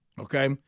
Okay